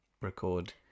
record